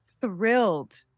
thrilled